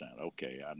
Okay